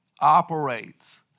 operates